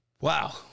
Wow